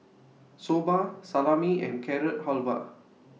Soba Salami and Carrot Halwa